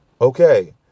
okay